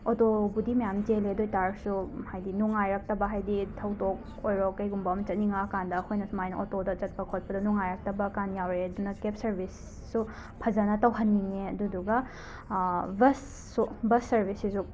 ꯑꯣꯇꯣꯕꯨꯗꯤ ꯃꯌꯥꯝ ꯆꯦꯜꯂꯦ ꯑꯗꯣꯏꯇꯔꯁꯨ ꯍꯥꯏꯗꯤ ꯅꯨꯡꯉꯥꯏꯔꯛꯇꯕ ꯍꯥꯏꯗꯤ ꯊꯧꯗꯣꯛ ꯑꯣꯏꯔꯣ ꯀꯩꯒꯨꯝꯕ ꯑꯃ ꯆꯠꯅꯤꯡꯉꯛꯑꯀꯥꯟꯗ ꯑꯩꯈꯣꯏꯅ ꯁꯨꯃꯥꯏꯅ ꯑꯣꯇꯣꯗ ꯆꯠꯄ ꯈꯣꯠꯄꯗꯨ ꯅꯨꯉꯥꯏꯔꯛꯇꯕꯀꯥꯟ ꯌꯥꯎꯔꯛꯑꯦ ꯑꯗꯨꯅ ꯀꯦꯞ ꯁꯔꯕꯤꯁꯁꯨ ꯐꯖꯅ ꯇꯧꯍꯟꯅꯤꯡꯉꯦ ꯑꯗꯨꯗꯨꯒ ꯕꯁꯁꯨ ꯕꯁ ꯁꯔꯕꯤꯁꯁꯤꯁꯨ